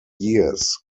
years